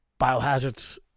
Biohazard's